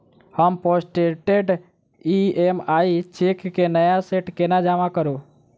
हम postdated EMI cheque केँ नया सेट केना जमा करू?